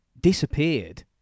disappeared